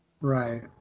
Right